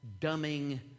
dumbing